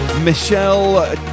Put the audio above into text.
Michelle